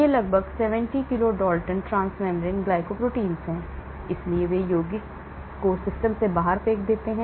ये लगभग 70 kilo Dalton transmembrane glycoproteins हैं इसलिए वे यौगिक को सिस्टम से बाहर फेंक देते हैं